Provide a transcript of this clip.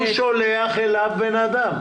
הוא שולח אליו בנאדם.